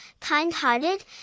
kind-hearted